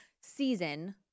season